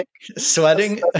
Sweating